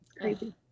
crazy